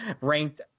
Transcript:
ranked